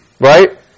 Right